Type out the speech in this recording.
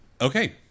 Okay